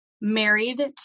married